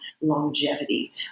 longevity